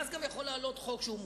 ואז גם יכול לעלות חוק שהוא מוסכם,